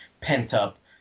pent-up